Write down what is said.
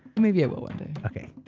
maybe i will one day. okay.